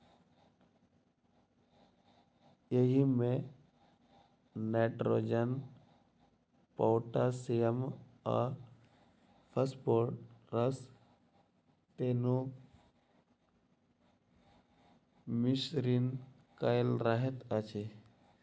एहिमे nitrogen, potassium आ phosphorus तीनूक मिश्रण कएल रहैत अछि